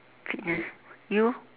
fitness you